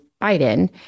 Biden